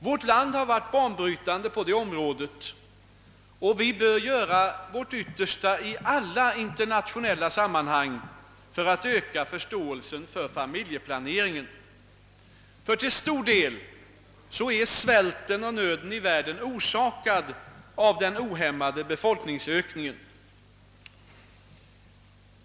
Vårt land har varit banbrytande på detta område, och vi bör göra vårt yttersta i alla internationella sammanhang för att öka förståelsen för familjeplaneringen. Till stor del är svälten och nöden i världen orsakade av den ohämmade befolkningsökningen.